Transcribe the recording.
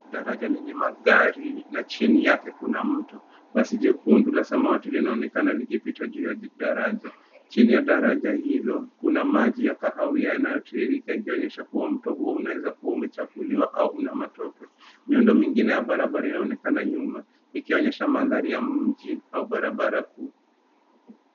Daraja lenye magari na chini yake kuna mto. Basi jekundu na samawati linaonekana likipita juu ya daraja. Chini ya daraja hilo kuna maji ya kahawia yanayotiririka ikionyesha kuwa mto huo unaweza kuwa umechafuliwa au una matope. Miundo mingine ya barabara inaonekana nyuma ikionyesha mandhari ya mji au barabara kuu.